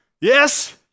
Yes